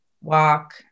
walk